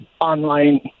online